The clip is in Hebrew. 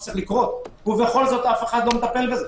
לקרות, ובכל זאת אף אחד לא מטפל בזה.